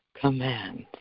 commands